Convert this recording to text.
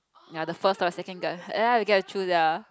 ya the first or second guy ya you get to choose ya